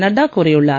நட்டா கூறியுள்ளார்